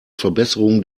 verbesserung